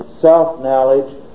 self-knowledge